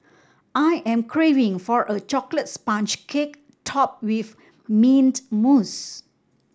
I am craving for a chocolate sponge cake topped with mint mousse